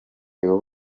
theo